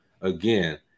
again